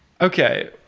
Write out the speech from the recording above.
Okay